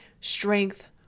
strength